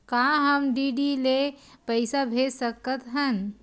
का हम डी.डी ले पईसा भेज सकत हन?